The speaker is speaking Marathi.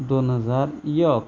दोन हजार एक